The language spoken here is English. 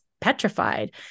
petrified